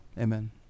Amen